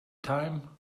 time